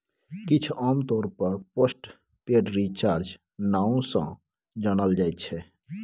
किछ आमतौर पर पोस्ट पेड रिचार्ज नाओ सँ जानल जाइ छै